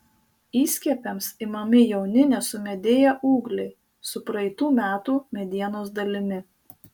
įskiepiams imami jauni nesumedėję ūgliai su praeitų metų medienos dalimi